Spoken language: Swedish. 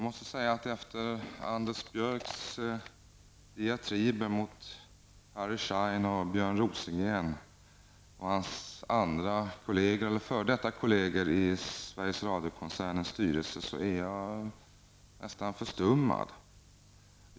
Herr talman! Efter Anders Björcks diatriber mot kolleger i Sveriges Radio-koncernens styrelse, måste jag säga att jag är nästan förstummad.